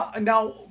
Now